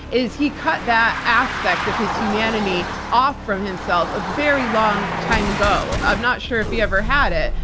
is he cut that aspect of his humanity off from himself a very long time ago. i'm not sure if he ever had it,